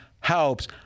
Helps